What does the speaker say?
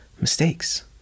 mistakes